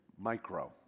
micro